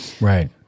Right